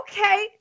Okay